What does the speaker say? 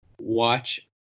watch